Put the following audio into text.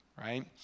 right